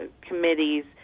committees